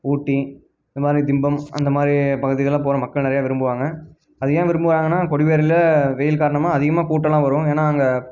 ஊட்டி இந்த மாதிரி திம்பம் அந்த மாதிரி பகுதிகளெலாம் போக மக்கள் நிறையா விரும்புவாங்க அது ஏன் விரும்புகிறாங்கனா கொடிவேரியில் வெயில் காரணமாக அதிகமாக கூட்டமெலாம் வரும் ஏன்னால் அங்கே